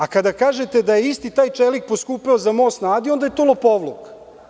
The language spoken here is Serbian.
A kada kažete da je isti taj čelik poskupeo za Most na Adi onda je to lopovluk.